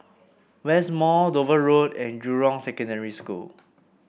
West Mall Dover Road and Jurong Secondary School